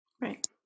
Right